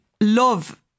love